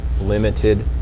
limited